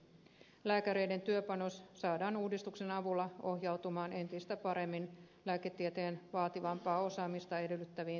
lääkäreiden työpanos saadaan uudistuksen avulla ohjautumaan entistä paremmin lääketieteen vaativampaa osaamista edellyttäviin tehtäviin